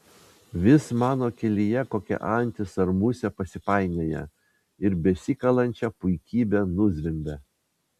vis mano kelyje kokia antis ar musė pasipainioja ir besikalančią puikybę nuzvimbia